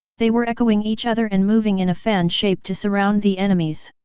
they were echoing each other and moving in a fan shape to surround the enemies.